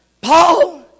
Paul